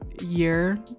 year